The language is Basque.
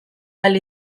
ahal